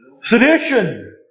Sedition